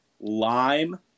lime